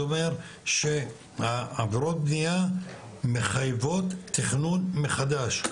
זה אומר שעבירות בנייה מחייבות תכנון מחדש,